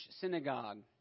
synagogue